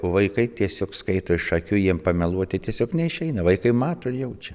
vaikai tiesiog skaito iš akių jiem pameluoti tiesiog neišeina vaikai mato ir jaučia